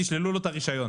תשללו לו את הרישיון.